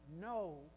No